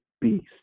beast